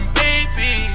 baby